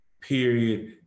period